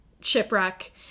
shipwreck